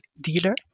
dealer